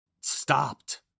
stopped